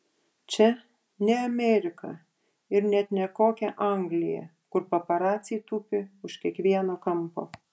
čia ne amerika ir net ne kokia anglija kur paparaciai tupi už kiekvieno kampo